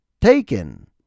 taken